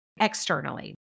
externally